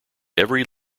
every